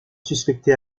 suspecté